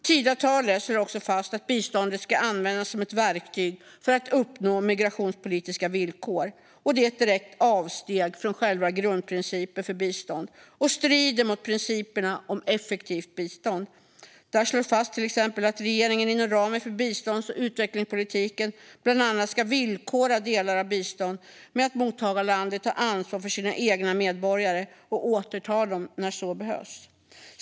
Tidöavtalet slår också fast att biståndet ska användas som ett verktyg för att uppnå migrationspolitiska villkor. Det är ett direkt avsteg från själva grundprincipen för bistånd och strider mot principerna om effektivt bistånd. Där slås fast att regeringen inom ramen för bistånds och utvecklingspolitiken bland annat ska "villkora delar av bistånd med att mottagarlandet tar ansvar för sina egna medborgare och återtar dem när så behövs".